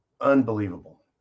unbelievable